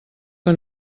que